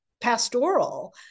pastoral